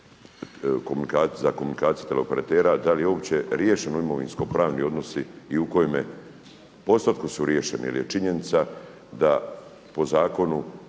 za komunikaciju teleoperatera, da li je uopće riješeno imovinskopravni odnosi i u kojem postotku su riješeni? Jer je činjenica da po zakonu